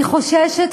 אני חוששת,